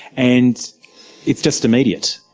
and it's just immediate,